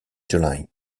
july